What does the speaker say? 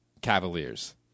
Cavaliers